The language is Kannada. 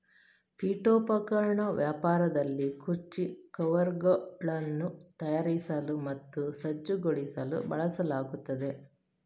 ಪೀಠೋಪಕರಣ ವ್ಯಾಪಾರದಲ್ಲಿ ಕುರ್ಚಿ ಕವರ್ಗಳನ್ನು ತಯಾರಿಸಲು ಮತ್ತು ಸಜ್ಜುಗೊಳಿಸಲು ಬಳಸಲಾಗುತ್ತದೆ